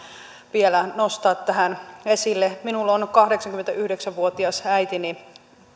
vielä nostaa tähän esille minulla on on kahdeksankymmentäyhdeksän vuotias äitini